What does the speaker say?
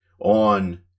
on